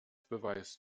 beweist